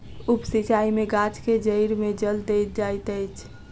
उप सिचाई में गाछ के जइड़ में जल देल जाइत अछि